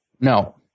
no